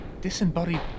disembodied